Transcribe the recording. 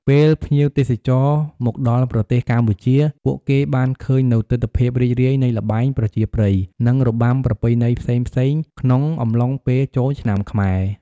ពេលភ្ញៀវទេសចរណ៌ មនដល់ប្រទេសកម្ពុជា ពួកគេបានឃើញនូវទិដ្ឋភាពរីករាយនៃល្បែងប្រជាប្រិយ និងរបាំប្រពៃណីផ្សេងៗក្នុងអំឡុងពេលចូលឆ្នាំខ្មែរ។